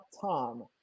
tom